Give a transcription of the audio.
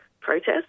protest